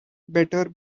better